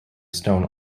stone